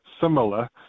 similar